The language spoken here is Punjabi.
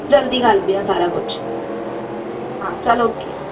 ਜਲਦੀ ਕਰਦੇ ਹਾਂ ਸਾਰਾ ਕੁਛ ਹਾਂ ਚਲ ਓਕੇ